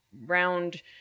round